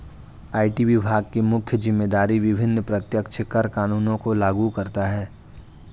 IT विभाग की मुख्य जिम्मेदारी विभिन्न प्रत्यक्ष कर कानूनों को लागू करता है